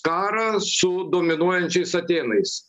karą su dominuojančiais atėnais